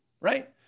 Right